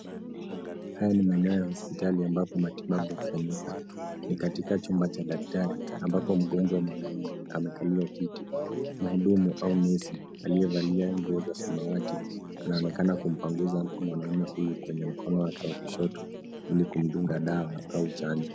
Haya ni maeneo ya hospitali ambapo matibabu hufanyika. Ni katika chumba cha daktari ambapo mgonjwa mwanamume amekalia kiti. Mgudumu au nesi aliyevalia nguo za sawati anaonekana kumpanguza mwanamume huyo kwenye mkono wake wa kushoto ili kumdunga dawa au chanjo.